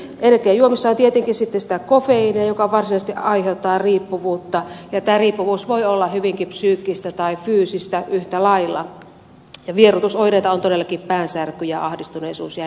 energiajuomissa on tietenkin sitten sitä kofeiinia joka varsinaisesti aiheuttaa riippuvuutta ja tämä riippuvuus voi olla hyvinkin psyykkistä tai fyysistä yhtä lailla ja vieroitusoireita ovat todellakin päänsärky ahdistuneisuus ja jännittyneisyys